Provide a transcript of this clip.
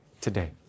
today